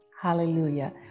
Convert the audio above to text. Hallelujah